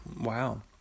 Wow